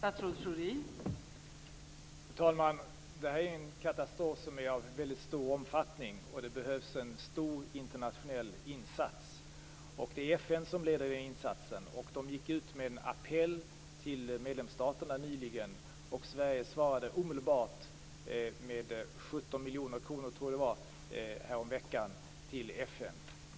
Fru talman! Detta är en katastrof som har en väldigt stor omfattning. Det behövs en stor internationell insats. Det är FN som leder den insatsen. De gick ut med en appell till medlemsstaterna nyligen. Sverige svarade omedelbart med 17 miljoner kronor häromveckan till FN.